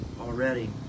already